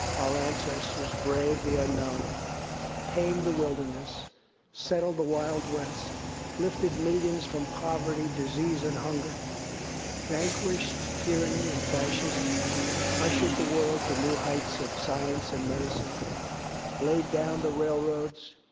our ancestors braved the unknown tamed the wilderness settled the wild west lifted millions from poverty, disease, and hunger vanquished tyranny and fascism ushered the world to new heights of science and medicine laid down the railroads,